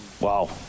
Wow